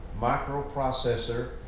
microprocessor